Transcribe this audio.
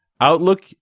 Outlook